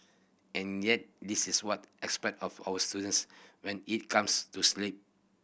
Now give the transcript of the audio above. and yet this is what expect of our students when it comes to sleep